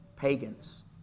pagans